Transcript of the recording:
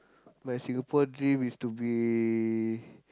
my Singapore dream is to be